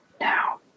Now